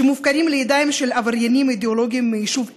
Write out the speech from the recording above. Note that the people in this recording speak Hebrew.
שמופקרים לידיים של עבריינים אידיאולוגיים מהיישוב יצהר,